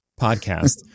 podcast